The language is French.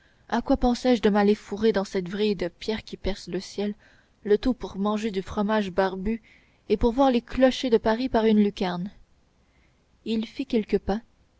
à quoi pensais-je de m'aller fourrer dans cette vrille de pierre qui perce le ciel le tout pour manger du fromage barbu et pour voir les clochers de paris par une lucarne il fit quelques pas